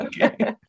Okay